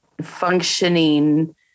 functioning